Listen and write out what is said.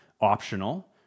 optional